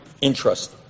interest